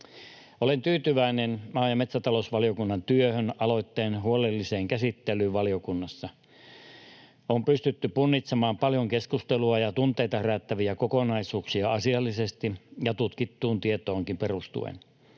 Olen tyytyväinen maa- ja metsätalousvaliokunnan työhön, aloitteen huolelliseen käsittelyyn valiokunnassa. On pystytty punnitsemaan paljon keskustelua ja tunteita herättäviä kokonaisuuksia asiallisesti ja tutkittuun tietoonkin perustuen.